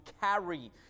carry